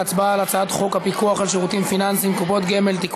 להצבעה על הצעת חוק הפיקוח על שירותים פיננסיים (קופות גמל) (תיקון,